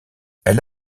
elle